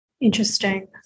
Interesting